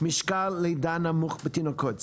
משקל לידה נמוך בתינוקות,